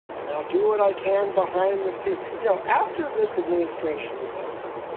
and i'll do what i can behind the scenes. you know, after this administration is over.